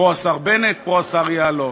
פה השר בנט, פה השר יעלון.